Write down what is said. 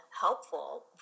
helpful